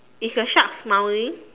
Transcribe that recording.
is your shark smiling